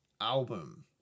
album